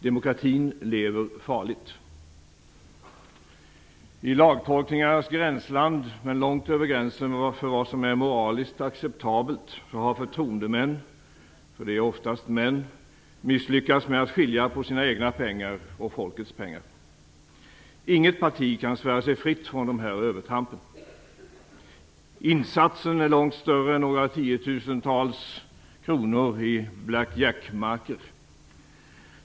Demokratin lever farligt. I lagtolkningarnas gränsland, men långt över gränsen för vad som är moraliskt acceptabelt, har förtroendemän - för det är oftast män - misslyckats med att skilja på sina egna pengar och folkets pengar. Inget parti kan svära sig fritt från dessa övertramp. Insatsen är långt större än några tiotusentals kronor i black jack-marker.